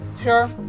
sure